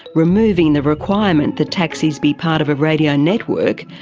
removing the requirement that taxis be part of a radio network,